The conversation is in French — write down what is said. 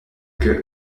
que